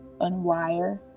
unwire